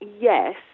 yes